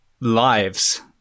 lives